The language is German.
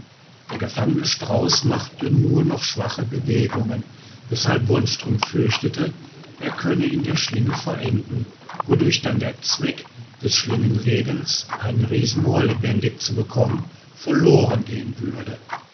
der gefangene strauß machte nur noch schwache bewegungen weshalb wonström fürchtete er könne in der schlinge verenden wodurch dann der zweck des schlingenlegens einen riesenmoa lebendig zu bekommen verloren gehen würde